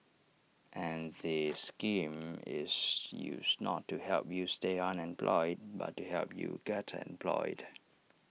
and the scheme is used not to help you stay unemployed but to help you get employed